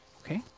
Okay